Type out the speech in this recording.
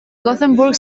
gothenburg